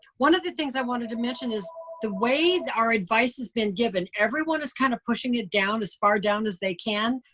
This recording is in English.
one of the things i wanted to mention is the way that our advice has been given, everyone is kinda kind of pushing it down, as far down as they can.